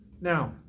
Now